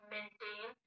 Maintain